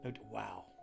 wow